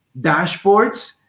dashboards